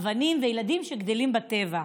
אבנים וילדים שגדלים בטבע.